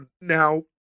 now